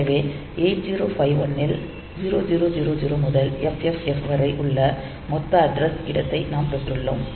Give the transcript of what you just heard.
எனவே 8051 இல் 0000 முதல் FFFF வரை உள்ள மொத்த அட்ரஸ் இடத்தை நாம் பெற்றுள்ளோம்